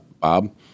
Bob